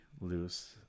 loose